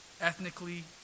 ethnically